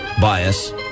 bias